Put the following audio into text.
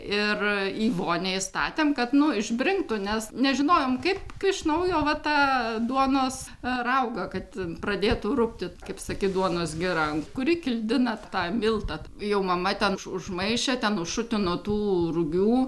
ir į vonią įstatėm kad išbrinktų nes nežinojom kaip kaip iš naujo vat tą duonos raugą kad pradėtų rūgti kaip sakyt duonos geran kuri kildina tą miltą jau mama ten už užmaišė ten užšutino tų rugių